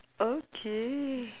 okay